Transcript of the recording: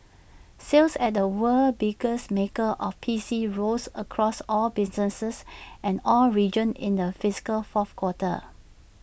sales at the world's biggest maker of PCs rose across all businesses and all regions in the fiscal fourth quarter